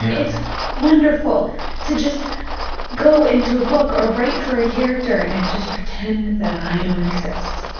it's wonderful to just go into a book or write for a character and just pretend that i don't exist.